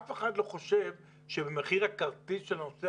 אף אחד לא חושב שבמחיר הכרטיס של נוסע,